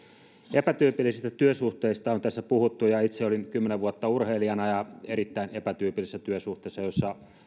epätyypillisistä työsuhteista on tässä puhuttu ja itse olin kymmenen vuotta urheilijana ja erittäin epätyypillisissä työsuhteissa joissa